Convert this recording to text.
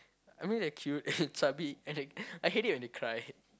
I mean they're cute and chubby and like I hate it when they cry